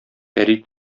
пәри